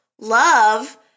love